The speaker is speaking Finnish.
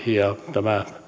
tämä